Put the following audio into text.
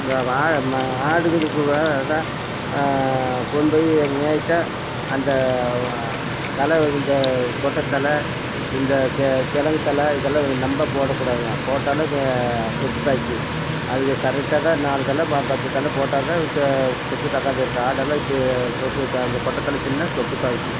இந்த வாழ ம ஆடுகளுக்கு வ இதா கொண்டு போய் மேச்சால் அந்த தழை இந்த கொட்டத்தழை இந்த கெ கெழங்குத்தழை இதெல்லாம் நம்ம போட கூடாதுங்க போட்டாலே சொக்குதாக்கி அது கரெக்டாகதான் நாலு தழை ப பத்து தழை போட்டால்தான் சொ சொக்குதாக்காது இருக்கும் ஆடெல்லாம் தே சொக்குதா இந்த கொட்டத்தழை திண்ணால் சொக்குதாக்கி